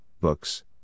books